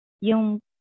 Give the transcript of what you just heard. yung